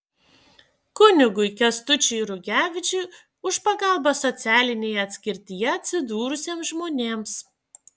kunigui kęstučiui rugevičiui už pagalbą socialinėje atskirtyje atsidūrusiems žmonėms